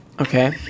Okay